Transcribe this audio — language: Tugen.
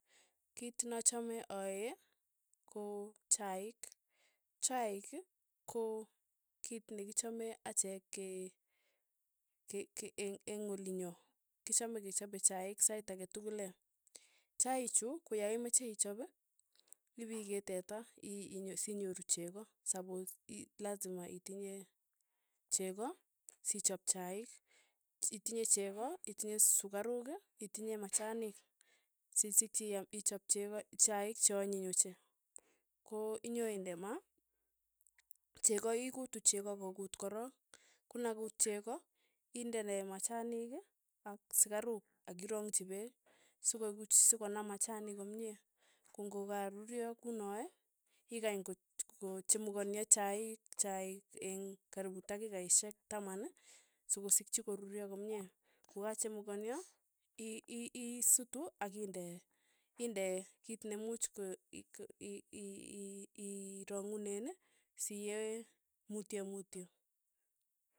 Kiit na chame aae, ko chaik, chaiki. ko kiit nekichame achek ke- ke- ke eng' olinyo, kichame kechape chaik sait ake tukul ee, chaik chu ko ya imache ichap, ipikee teta iinyo sinyoru cheko sapos ii lazima itinye cheko sichap chaik, itinye cheko, itinye sukaruk, itinye machanik, sisikchi iam ichap cheko chaik che anyiny ochei, ko inyoe inda maa, cheko ikuti cheko kokuut korok, konakuut cheko, indene machanik ak sukaruk ak irongchi peek, sokonaam machanik komie, kong'okaruryo kunooee, ikany ko kochimukanyo chaik chaik eng' karipu takikaishek taman sokosikchi koruryo komye, kokachemukon'yo. ii- iiisutu akindee indee kiit ne much ko ii- irang'unen siee mutyo mutyo.